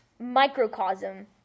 microcosm